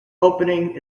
opening